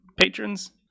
patrons